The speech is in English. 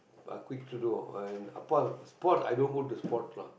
but quick to do and u~ sports i don't go to sports lah